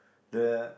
the